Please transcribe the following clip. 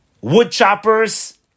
woodchoppers